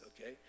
okay